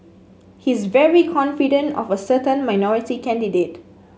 he's very confident of a certain minority candidate